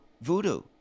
voodoo